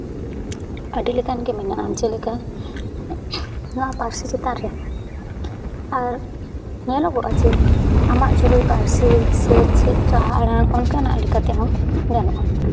ᱟᱹᱰᱤᱞᱮᱠᱟᱱ ᱜᱮ ᱢᱮᱱᱟᱜᱼᱟ ᱡᱮᱞᱮᱠᱟ ᱱᱚᱣᱟ ᱯᱟᱹᱨᱥᱤ ᱪᱮᱛᱟᱱ ᱨᱮ ᱟᱨ ᱧᱮᱞᱚᱜᱚᱜᱼᱟ ᱡᱮ ᱟᱢᱟᱜ ᱡᱩᱫᱤ ᱯᱟᱹᱨᱥᱤ ᱥᱮ ᱪᱮᱫ ᱨᱟᱦᱟ ᱟᱲᱟᱝ ᱚᱱᱠᱟᱱᱟᱜ ᱞᱮᱠᱟ ᱛᱮᱦᱚᱸ ᱜᱟᱱᱚᱜᱼᱟ